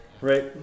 Right